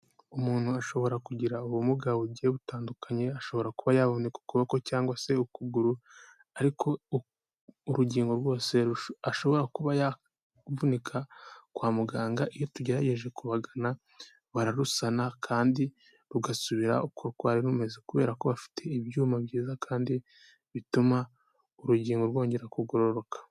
Umuntu ashobora kugira ubumuga bugiye butandukanye, ashobora kuba yavunika ukuboko cyangwa se ukuguru ariko urugingo rwose ashobora kuba yavunika kwa muganga iyo tugerageje kubagana bararusana kandi rugasubira uko rwari rumeze kubera ko bafite ibyuma byiza kandi bituma urugingo rwongera kugororoka.